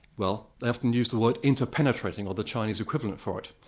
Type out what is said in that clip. well they often use the word, interpenetrating, or the chinese equivalent for it.